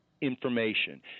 information